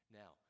now